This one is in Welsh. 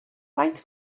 faint